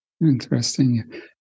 Interesting